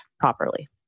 properly